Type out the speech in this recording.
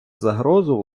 загрозу